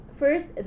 first